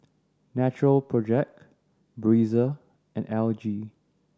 Natural Project Breezer and L G